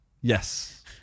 Yes